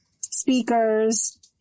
speakers